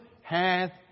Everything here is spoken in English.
hath